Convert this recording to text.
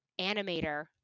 animator